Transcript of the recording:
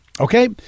Okay